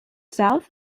south